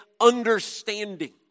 understanding